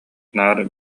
наар